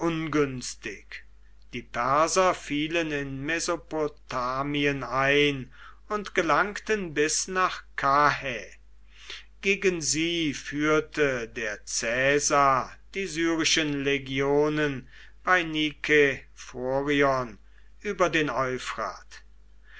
die perser fielen in mesopotamien ein und gelangten bis nach karrhä gegen sie führte der caesar die syrischen legionen bei nikephorion über den